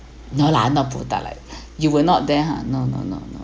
no lah not botak lah you were not there !huh! no no no no